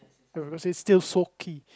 not still soaky